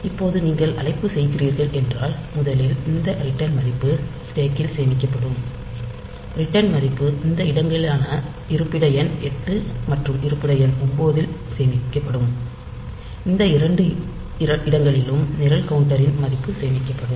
இப்போது நீங்கள் அழைப்பு செய்கிறீர்கள் என்றால் முதலில் இந்த ரிட்டர்ன் மதிப்பு ஸ்டேக் ல் சேமிக்கப்படும் ரிட்டர்ன் மதிப்பு இந்த இரண்டு இடங்களான இருப்பிட எண் 8 மற்றும் இருப்பிட எண் 9 ல் சேமிக்கப்படும் இந்த இரண்டு இடங்களிலும் நிரல் கவுண்டரின் மதிப்பு சேமிக்கப்படும்